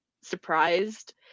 surprised